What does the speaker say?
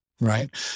right